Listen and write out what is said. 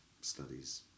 studies